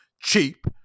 cheap